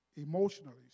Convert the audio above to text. emotionally